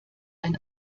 ein